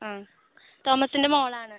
ആ തോമസിൻ്റെ മോളാണ്